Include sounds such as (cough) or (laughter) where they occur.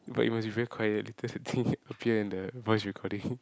but you must be very quiet later the thing (breath) appear in the voice recording